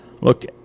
Look